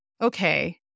okay